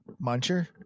Muncher